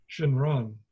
Shinran